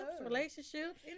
relationships